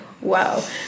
wow